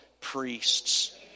priests